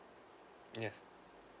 yes